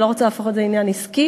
אני לא רוצה להפוך את זה לעניין עסקי.